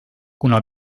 kuna